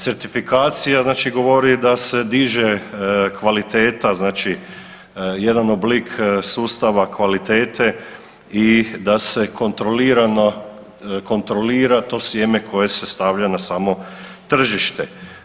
Certifikacija znači govori da se diže kvaliteta znači jedan oblik sustava kvalitete i da se kontrolirano kontrolira to sjeme koje se stavlja na samo tržište.